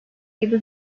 gibi